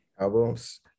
Albums